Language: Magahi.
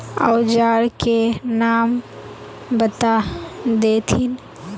औजार के नाम बता देथिन?